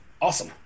Awesome